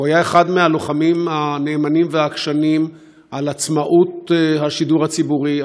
הוא היה אחד הלוחמים הנאמנים והעקשנים על עצמאות השידור הציבורי,